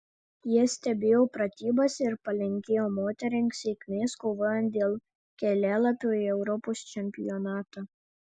jie stebėjo pratybas ir palinkėjo moterims sėkmės kovojant dėl kelialapio į europos čempionatą